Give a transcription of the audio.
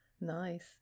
Nice